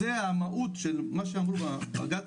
זו המהות של מה שאמרו בג"צ